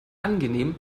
angenehm